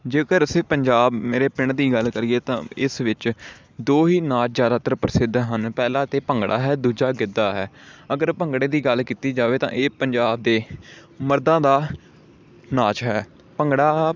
ਜੇਕਰ ਅਸੀਂ ਪੰਜਾਬ ਮੇਰੇ ਪਿੰਡ ਦੀ ਗੱਲ ਕਰੀਏ ਤਾਂ ਇਸ ਵਿੱਚ ਦੋ ਹੀ ਨਾਚ ਜ਼ਿਆਦਾਤਰ ਪ੍ਰਸਿੱਧ ਹਨ ਪਹਿਲਾਂ ਤਾਂ ਭੰਗੜਾ ਹੈ ਦੂਜਾ ਗਿੱਧਾ ਹੈ ਅਗਰ ਭੰਗੜੇ ਦੀ ਗੱਲ ਕੀਤੇ ਜਾਵੇ ਤਾਂ ਇਹ ਪੰਜਾਬ ਦੇ ਮਰਦਾਂ ਦਾ ਨਾਚ ਹੈ ਭੰਗੜਾ